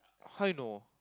how you know